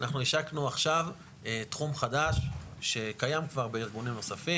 אנחנו השקנו עכשיו תחום חדש שקיים כבר בארגונים נוספים,